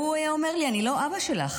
הוא היה אומר לי: אני לא אבא שלך.